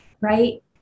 right